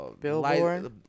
billboard